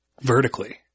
vertically